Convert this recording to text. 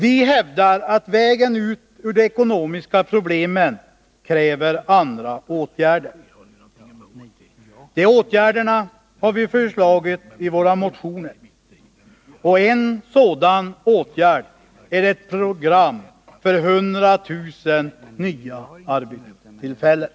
Vi hävdar att vägen ut ur de ekonomiska problemen kräver andra åtgärder. De åtgärderna har vi föreslagit i våra motioner. En sådan åtgärd är ett program för 100 000 nya arbetstillfällen.